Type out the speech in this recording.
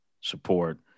support